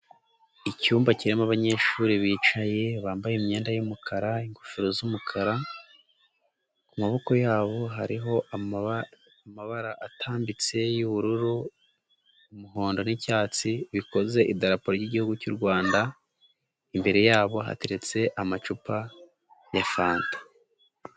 Icyumba kirimo abanyeshuri bicaye bambaye imyenda y'umukara, ingofero z'umukara, ku maboko yabo hariho amabara atambitse y'ubururu, umuhondo n'icyatsi bikoze idarapo ry'Igihugu cy'u Rwanda, imbere yabo hateretse amacupa ya Fanta.